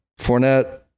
Fournette